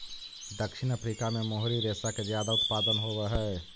दक्षिण अफ्रीका में मोहरी रेशा के ज्यादा उत्पादन होवऽ हई